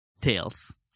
Tails